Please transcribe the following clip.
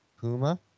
Puma